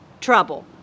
trouble